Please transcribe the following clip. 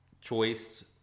choice